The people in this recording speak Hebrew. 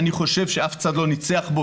אני חושב שאף צד לא ניצח בו,